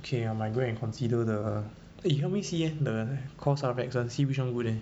K I might go and consider the eh help me see eh the Cosrx [one] see which [one] good eh